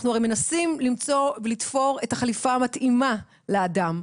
אנחנו הרי מנסים לתפור את החליפה המתאימה לאדם.